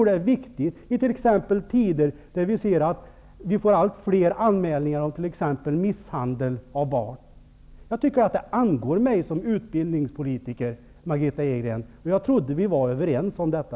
Det är viktigt i tider där vi ser att vi får allt fler anmälningar om t.ex. misshandel av barn. Det angår mig som utbildningspolitiker, Margitta Edgren, och jag trodde att vi var överens om detta.